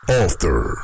author